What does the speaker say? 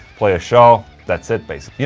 play a show. that's it basically. you